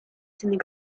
seemed